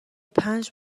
پنج